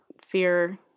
fear